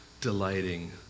delighting